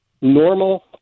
normal